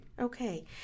Okay